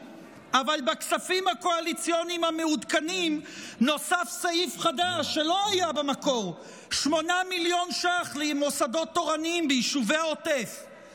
אבל בכספים הקואליציוניים מוסיפים 50 מיליון שקל ייחודיים רק לחינוך